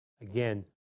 Again